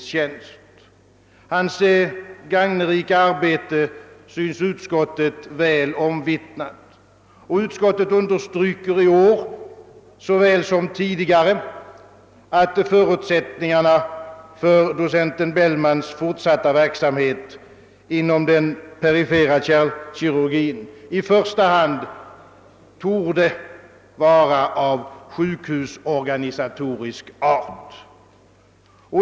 Det synes utskottet väl omvittnat att hans arbete är gagnerikt, och utskottet understryker i år liksom tidigare att förutsättningarna för docent Bellmans fortsatta verksamhet inom den perifera kärlkirurgin i första hand torde vara av sjukhusorganisatorisk art.